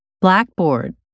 Blackboard